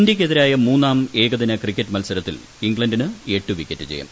ഇന്ത്യയ്ക്കെതിരായ മൂന്നാം ഏകദിന ക്രിക്കറ്റ് മത്സരത്തിൽ ഇംഗ്ലണ്ടിന് എട്ട് വിക്കറ്റ് ജയം